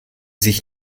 sich